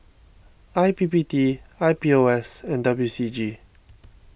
I P P T I P O S and W C G